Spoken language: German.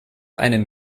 einen